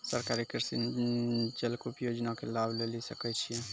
सरकारी कृषि जलकूप योजना के लाभ लेली सकै छिए?